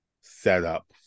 setup